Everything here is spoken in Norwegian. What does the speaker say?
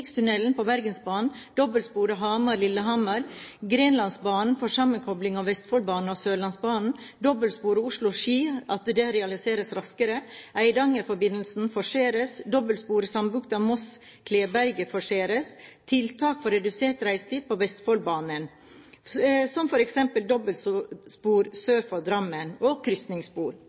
på Bergensbanen dobbeltspor Hamar–Lillehammer Grenlandsbanen for sammenkobling av Vestfoldbanen og Sørlandsbanen dobbeltspor Oslo–Ski – realiseres raskere Eidangerforbindelsen – forseres dobbeltspor Sandbukta–Moss–Kleberget – forseres tiltak for redusert reisetid på Vestfoldbanen, som f.eks. dobbeltspor sør for Drammen og krysningsspor